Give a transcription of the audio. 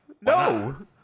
No